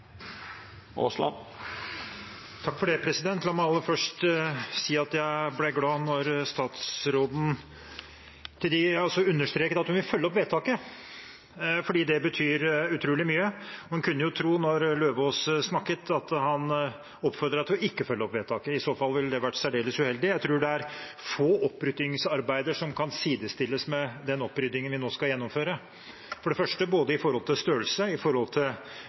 det betyr utrolig mye. Da representanten Eidem Løvaas snakket, kunne en jo tro at han oppfordret til ikke å følge opp vedtaket. I så fall ville det vært særdeles uheldig. Jeg tror det er få oppryddingsarbeider som kan sidestilles med den oppryddingen vi nå skal gjennomføre, når det gjelder både størrelsen, grunnlaget for hva vi skal rydde opp i – det er i